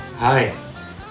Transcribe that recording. Hi